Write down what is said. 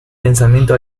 pensamiento